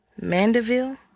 Mandeville